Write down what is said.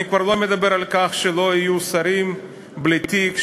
אני כבר לא מדבר על כך שלא יהיו שרים בלי תיק,